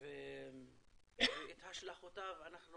ואת השלכותיו אנחנו